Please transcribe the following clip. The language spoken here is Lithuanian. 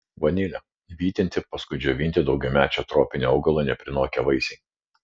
vanilė vytinti paskui džiovinti daugiamečio tropinio augalo neprinokę vaisiai